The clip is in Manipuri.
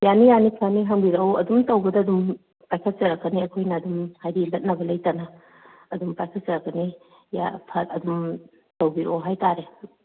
ꯌꯥꯅꯤ ꯌꯥꯅꯤ ꯐꯥꯅꯤ ꯍꯪꯕꯤꯔꯛꯎ ꯑꯗꯨꯝ ꯇꯧꯕꯗ ꯑꯗꯨꯝ ꯄꯥꯏꯈꯠꯆꯔꯛꯀꯅꯤ ꯑꯩꯈꯣꯏꯅ ꯑꯗꯨꯝ ꯍꯥꯏꯗꯤ ꯂꯠꯅꯕ ꯂꯩꯇꯅ ꯑꯗꯨꯝ ꯄꯥꯏꯈꯠꯆꯔꯛꯀꯅꯤ ꯑꯗꯨꯝ ꯇꯧꯕꯤꯔꯛꯑꯣ ꯍꯥꯏꯇꯥꯔꯦ